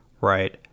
right